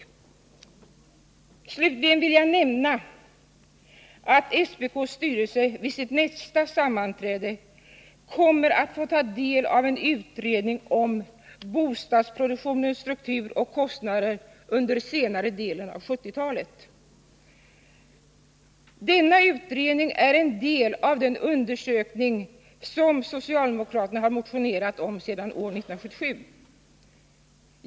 Jag vill nämna att SPK:s styrelse vid sitt nästa sammanträde kommer att få ta del av en utredning om bostadsproduktionens struktur och kostnader . under senare delen av 1970-talet. Denna utredning är en del av den undersökning som socialdemokraterna har motionerat om sedan 1977.